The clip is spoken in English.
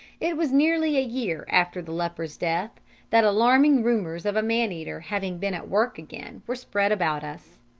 it was nearly a year after the leper's death that alarming rumours of a man-eater having been at work again were spread about us.